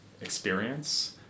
experience